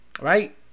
right